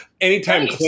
anytime